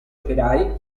operai